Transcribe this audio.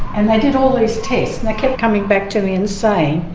and they did all these tests and they kept coming back to me and saying,